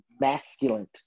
masculine